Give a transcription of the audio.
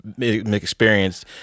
experienced